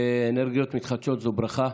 ואנרגיות מתחדשות זו ברכה,